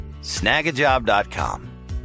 snagajob.com